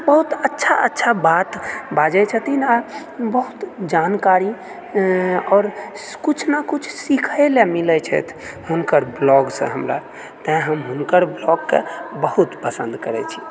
बहुत अच्छा अच्छा बात बाजए छथिन आ बहुत जानकारी आओर किछु ने किछु सिखए लए मिलए छथि हुनकर ब्लॉगसँ हमरा तय हम हुनकर ब्लॉगके बहुत पसन्द करैत छथि